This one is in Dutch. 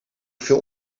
veel